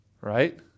Right